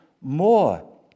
more